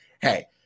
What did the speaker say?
hey